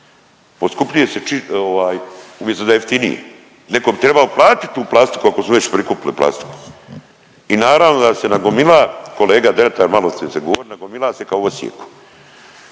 poskupljuje se či…, ovaj umjesto da je jeftiniji, nekom treba platit tu plastiku ako su već prikupili plastiku i naravno da se nagomila, kolega Dretar maloprije ste govorili, nagomila se kao u Osijeku.